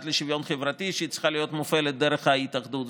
לשוויון חברתי שצריכה להיות מופעלת דרך ההתאחדות.